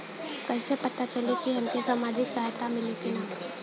कइसे से पता चली की हमके सामाजिक सहायता मिली की ना?